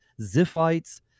Ziphites